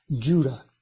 Judah